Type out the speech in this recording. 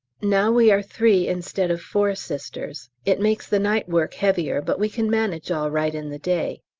now we are three instead of four sisters, it makes the night work heavier, but we can manage all right in the day.